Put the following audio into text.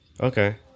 Okay